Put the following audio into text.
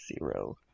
zero